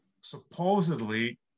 supposedly